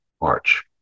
March